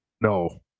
No